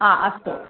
हा अस्तु